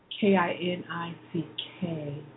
K-I-N-I-C-K